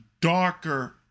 darker